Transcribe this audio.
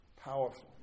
Powerful